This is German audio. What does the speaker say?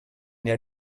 der